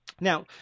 Now